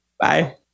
Bye